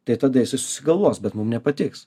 tai tada jisai susigalvos bet mum nepatiks